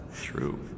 True